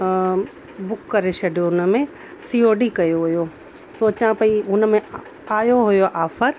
book करे छॾियो उन में सीओडी कयो हुओ सोचा पईं हुन में आयो हुओ आफर